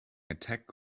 attack